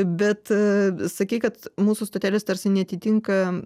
bet sakei kad mūsų stotelės tarsi neatitinka